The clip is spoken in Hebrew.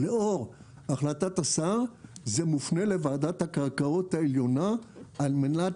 ולאור החלטת השר זה מופנה לוועדת הקרקעות העליונה על מנת